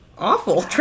Awful